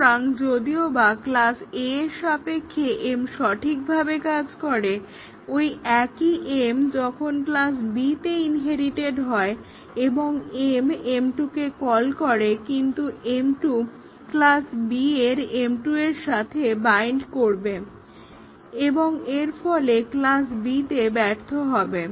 সুতরাং যদিওবা class A এর সাপেক্ষে m সঠিকভাবে কাজ করে ওই একই m যখন ক্লাস B তে ইনহেরিটেড হয় এবং m m2 কে কল করে কিন্ত m2 ক্লাস B এর m2 এর সাথে বাইন্ড করবে এবং এর ফলে ক্লাস B তে ব্যর্থ হবে